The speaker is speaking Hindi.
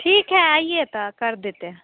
ठीक है आइए तो कर देते हैं